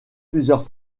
plusieurs